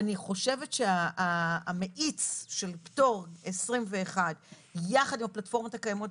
אני חושבת שהמאיץ של פטור 21 יחד עם הפלטפורמות הקיימות,